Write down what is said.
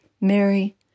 Mary